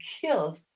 killed